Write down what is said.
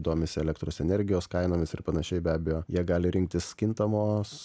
domisi elektros energijos kainomis ir panašiai be abejo jie gali rinktis kintamos